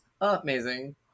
amazing